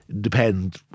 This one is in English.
depends